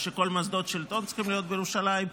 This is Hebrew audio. כמו שכל מוסדות השלטון צריכים להיות בירושלים,